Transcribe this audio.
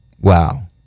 wow